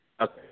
Okay